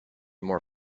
more